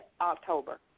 October